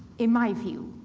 in my view,